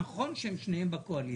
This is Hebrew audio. נכון שהם שניהם בקואליציה,